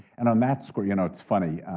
and on that score, you know it's funny,